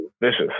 vicious